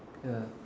ya